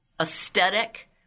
aesthetic